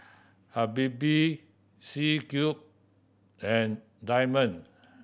Habibie C Cube and Diamond